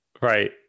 Right